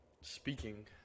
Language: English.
speaking